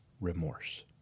remorse